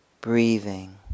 breathing